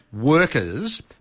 workers –